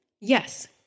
Yes